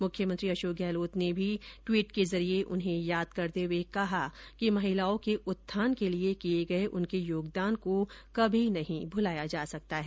मुख्यमंत्री अशोक गहलोत ने भी ट्वीट के जरिये उन्हें याद करते हुए कहा कि महिलाओं के उत्थान के लिए किए गए उनके योगदान को कभी नहीं भुलाया जा सकता है